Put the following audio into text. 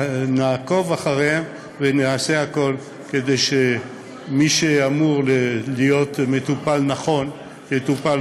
נעקוב אחריהם ונעשה הכול כדי שמי שאמור להיות מטופל נכון יטופל,